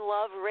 Love